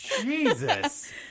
Jesus